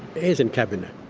is in cabinet.